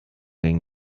gegen